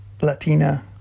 Latina